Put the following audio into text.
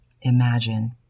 imagine